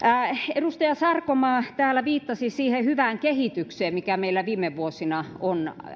edustaja sarkomaa täällä viittasi siihen hyvään kehitykseen mikä meillä viime vuosina on